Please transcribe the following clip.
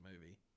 movie